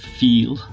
feel